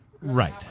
Right